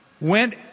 went